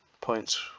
points